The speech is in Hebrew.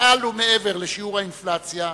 מעל ומעבר לשיעור האינפלציה,